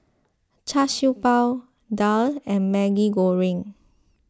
Char Siew Bao Daal and Maggi Goreng